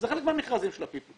זה חלק מהמכרזים של ה-PPP.